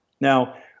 Now